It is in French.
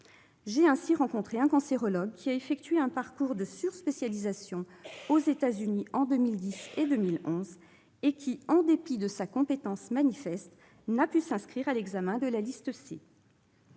J'ai ainsi rencontré un cancérologue qui a effectué un parcours de surspécialisation aux États-Unis en 2010 et 2011, et qui, en dépit de sa compétence manifeste, n'a pu s'inscrire à l'examen de la liste C.